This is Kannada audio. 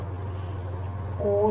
೦ IIoT industry 4